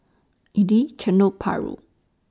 Idly Chendol Paru